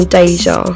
Deja